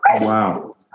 Wow